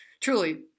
truly